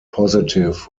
positive